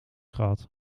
gehad